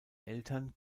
eltern